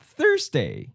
Thursday